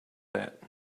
that